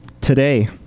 today